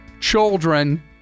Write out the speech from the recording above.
children